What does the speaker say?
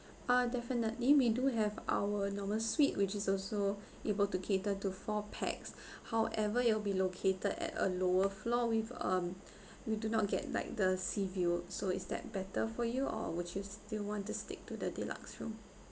ah definitely we do have our normal suite which is also able to cater to four pax however you'll be located at a lower floor with um we do not get like the sea view so is that better for you or would you still want to stick to the deluxe room